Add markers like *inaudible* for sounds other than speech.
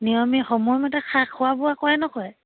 নিয়মীয়া সময়মতে *unintelligible* খোৱা বোৱা কৰে নকৰে